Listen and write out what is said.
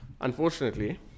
unfortunately